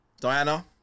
Diana